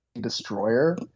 destroyer